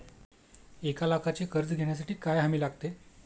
एक लाखाचे कर्ज घेण्यासाठी काय हमी लागते?